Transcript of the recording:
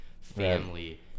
family